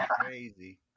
crazy